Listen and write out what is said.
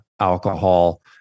alcohol